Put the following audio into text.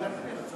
יגיע מהר.